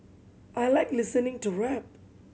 I like listening to rap